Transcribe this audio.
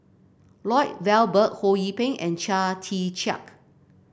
Lloyd Valberg Ho Yee Ping and Chia Tee Chiak